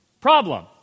Problem